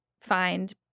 find